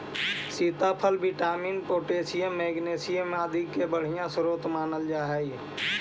सीताफल vitamin, potassium, magnesium इत्यादि का बढ़िया स्रोत मानल जा हई